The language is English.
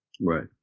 Right